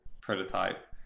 prototype